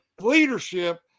leadership